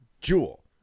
jewel